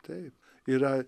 taip yra